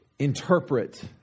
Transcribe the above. interpret